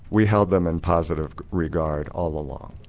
we held them in positive regard all along.